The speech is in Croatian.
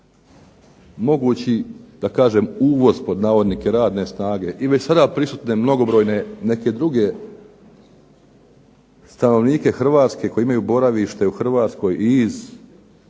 mogući da kažem uvoz pod navodnike radne snage i već sada prisutne mnogobrojne neke druge stanovnike Hrvatske koji imaju boravište u Hrvatskoj i iz